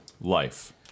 life